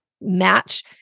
match